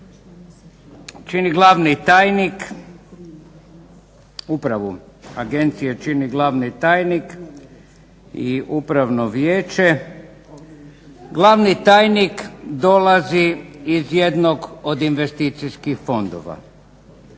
čini glavni tajnik, upravu agencije čini glavni tajnik i upravno vijeće. Glavni tajnik dolazi iz jednog od investicijskih fondova.